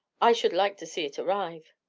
i should like to see it arrive!